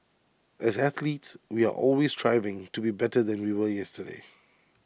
as athletes we are always striving to be better than we were yesterday